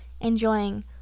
enjoying